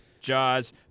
Jaws